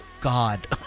god